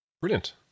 Brilliant